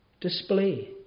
Display